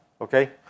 Okay